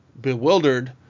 bewildered